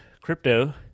Crypto